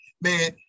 Man